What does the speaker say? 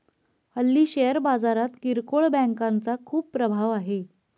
हल्ली शेअर बाजारात किरकोळ बँकांचा खूप प्रभाव आहे